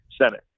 Senate